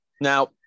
now